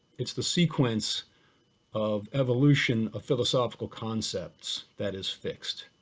it's the sequence of evolution of philosophical concepts that is fixed.